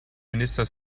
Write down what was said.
minister